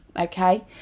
okay